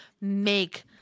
make